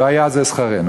והיה זה שכרנו.